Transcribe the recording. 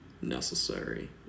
necessary